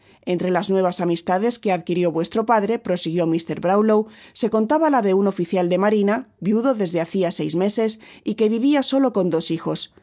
entre las nuevas amistades que adquirió vuestro padre prosiguió mr brownlow se contaba la de un oficial de marina viudo desde hacia seis meses y que vivia solo con dos hijos